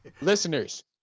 listeners